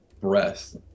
breath